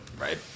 Right